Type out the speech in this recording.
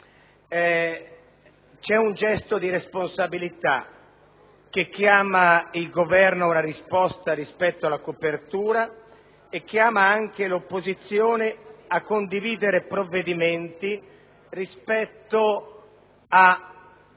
C'è un gesto di responsabilità che chiama il Governo ad una risposta rispetto alla copertura e chiama anche l'opposizione a condividere le scelte di